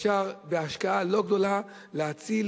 אפשר בהשקעה לא גדולה להציל